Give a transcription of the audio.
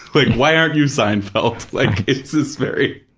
like why aren't you seinfeld? like, it's this very,